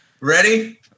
Ready